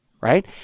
Right